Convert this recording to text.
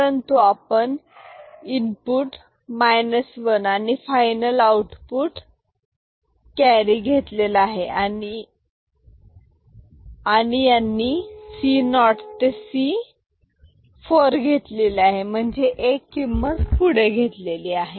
परंतु आपण input minus one आणि फायनल आउटपुट कॅरी घेतलेला आहे आणि यांनी C 0 ते C4 घेतलेला आहे म्हणजे एक किंमत पुढे घेतलेली आहे